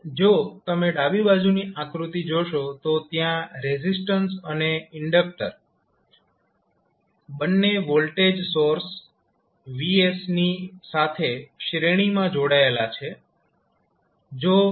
હવે જો તમે ડાબી બાજુની આકૃતિ જોશો તો ત્યાં રેઝિસ્ટન્સ અને ઇન્ડક્ટર બંને વોલ્ટેજ સોર્સ Vs ની સાથે શ્રેણી માં જોડાયેલા છે